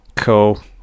cool